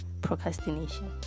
Procrastination